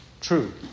true